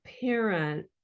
parent